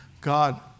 God